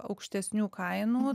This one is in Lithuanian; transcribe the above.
aukštesnių kainų